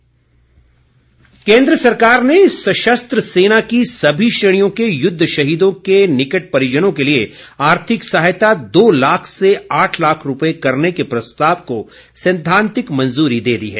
सहायता केन्द्र सरकार ने सशस्त्र सेना की सभी श्रेणियों के युद्ध शहीदों के निकट परिजनों के लिए आर्थिक सहायता दो लाख से आठ लाख रुपये करने के प्रस्ताव को सैद्वांतिक मंजूरी दे दी है